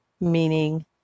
meaning